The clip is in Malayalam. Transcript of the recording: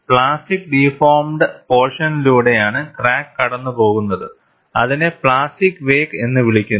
പ്ലാസ്റ്റിക്ക് ഡീഫോർമിഡ് പോർഷനിലൂടെയാണ് ക്രാക്ക് കടന്നുപോകുന്നത് അതിനെ പ്ലാസ്റ്റിക് വേക്ക് എന്ന് വിളിക്കുന്നു